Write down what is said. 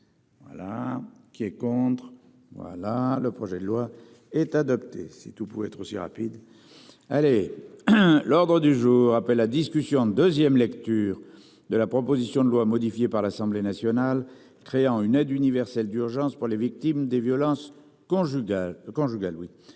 Voilà qui est contre. Voilà le projet de loi est adopté, si tout pouvait être aussi rapide. Allez hein. L'ordre du jour appelle la discussion en 2ème. Lecture de la proposition de loi modifiée par l'Assemblée nationale, créant une aide universelle d'urgence pour les victimes des violences conjugales